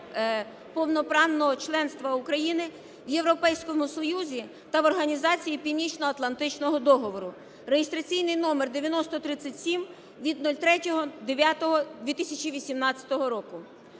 повноправного членства України в Європейському Союзі та в Організації Північноатлантичного договору) (реєстраційний номер 9037 від 03.09.2018 року).